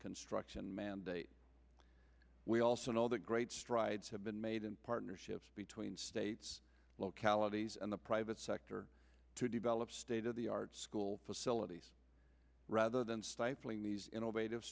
construction mandate we also know that great strides have been made in partnerships between states localities and the private sector to develop state of the art school facilities rather than stifling these innovative